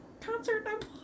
Concert